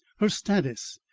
her status?